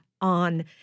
on